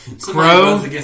Crow